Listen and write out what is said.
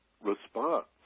response